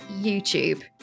YouTube